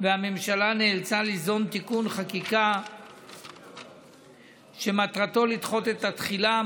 והממשלה נאלצה ליזום תיקון חקיקה שמטרתו לדחות את התחילה.